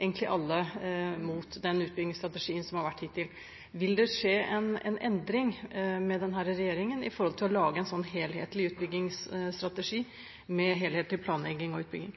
egentlig alle – mot utbyggingsstrategien hittil? Vil det skje en endring under denne regjeringen med hensyn til å lage en helhetlig utbyggingsstrategi, med helhetlig planlegging og utbygging?